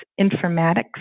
informatics